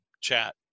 chat